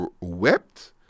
wept